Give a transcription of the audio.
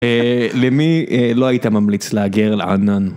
למי לא היית ממליץ להגר לענן?